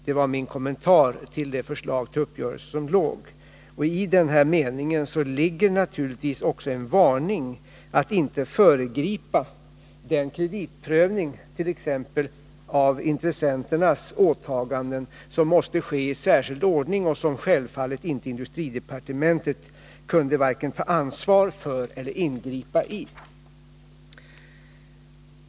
Det var alltså min kommentar till det förslag till uppgörelse som förelåg. I denna mening ligger naturligtvis också en varning att inte föregripa den kreditprövning av intressenternas åtaganden som måste ske i särskild ordning och som självfallet industridepartementet varken kan ta ansvar för eller ingripa i.